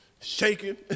shaking